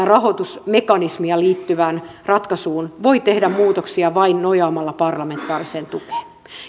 rahoitusmekanismiin liittyvään ratkaisuun voi tehdä muutoksia vain nojaamalla parlamentaariseen tukeen